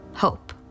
Hope